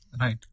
Right